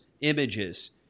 images